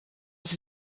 sie